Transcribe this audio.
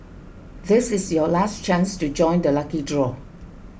this is your last chance to join the lucky draw